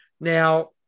Now